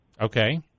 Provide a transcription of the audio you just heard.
Okay